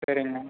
சரிங்க